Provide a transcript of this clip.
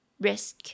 Risk